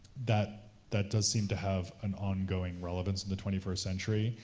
that that does seem to have an on-going relevance in the twenty first century,